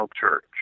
Church